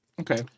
Okay